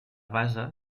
base